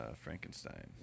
Frankenstein